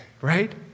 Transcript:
right